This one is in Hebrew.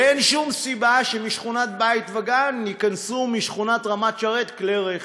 ואין שום סיבה שלשכונת בית-וגן ייכנסו משכונת רמת-שרת כלי רכב.